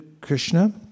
Krishna